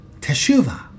Teshuvah